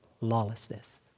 Lawlessness